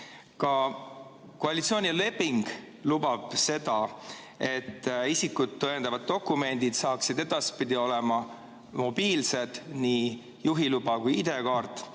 Ka koalitsioonileping lubab seda, et isikut tõendavad dokumendid saaksid edaspidi olla mobiilsed, nii juhiluba kui ka